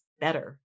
better